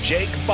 Jake